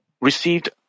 received